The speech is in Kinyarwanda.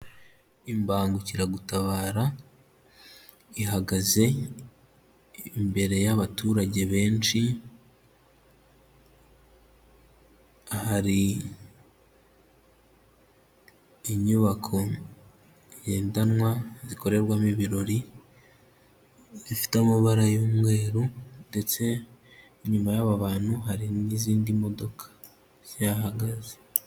Imbangukiragutabara ihagaze imbere y'abaturage benshi, hari inyubako ngendanwa zikorerwamo ibirori, zifite amabara y'umweru ndetse inyuma y'aba bantu hari n'izindi modoka zihahagaze.